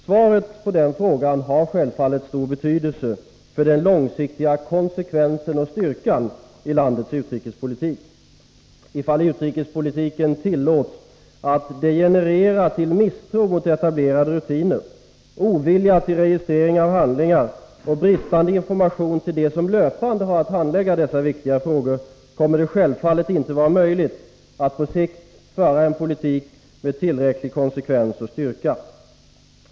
Svaret på den frågan har självfallet stor betydelse för den långsiktiga konsekvensen och styrkan i landets utrikespolitik. Ifall utrikespolitiken tillåts att degenerera till misstro mot etablerade rutiner, ovilja till registrering av handlingar och bristande information till dem som löpande har att handlägga dessa viktiga frågor, kommer det självfallet inte att vara möjligt att på sikt föra en politik med tillräcklig konsekvens och styrka.